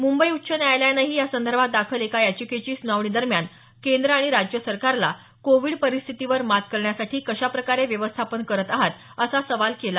मुंबई उच्च न्यायालयानंही यासंदर्भात दाखल एका याचिकेच्या सुनावणी दरम्यान केंद्र आणि राज्य सरकारला कोविड परिस्थितीवर मात करण्यासाठी कशाप्रकारे व्यवस्थापन करत आहात असा सवाल केला